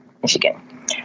Michigan